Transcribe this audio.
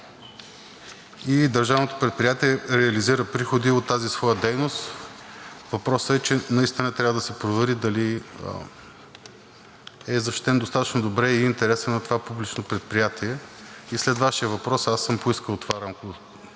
и държавното предприятие реализира приходи от тази своя дейност. Въпросът е, че наистина трябва да се провери дали е защитен достатъчно добре и интересът на това публично предприятие. След Вашия въпрос аз съм поискал това рамково